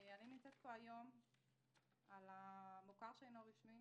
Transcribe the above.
אני נמצאת פה היום כדי לדבר על המוכר שאינו רשמי,